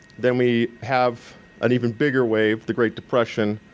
then we have an even bigger wave, the great depression,